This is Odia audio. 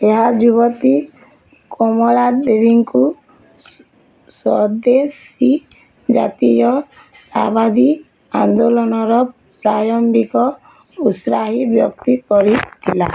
ଏହା ଯୁବତୀ କମଳା ଦେବୀଙ୍କୁ ସ୍ୱଦେଶୀ ଜାତୀୟତାବାଦୀ ଆନ୍ଦୋଳନର ପ୍ରାରମ୍ଭିକ ଉତ୍ସାହୀ ବ୍ୟକ୍ତି କରିଥିଲା